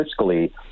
fiscally